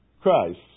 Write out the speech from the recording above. Christ